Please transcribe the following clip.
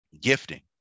gifting